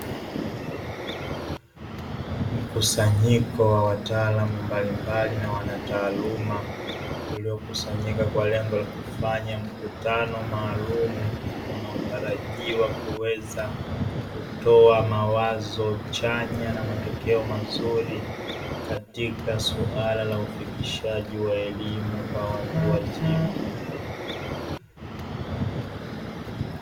Mkusanyiko wa wataalamu mbalimbali na wanataaluma uliokusanyika kwa lengo la kufanya mkutano maalumu, unaotarajiwa kuweza kutoa mawazo chanya na matokeo mazuri katika suala la ufikishaji wa elimu kwa watu wazima.